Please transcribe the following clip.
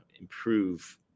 improve